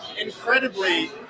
incredibly